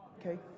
Okay